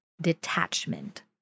detachment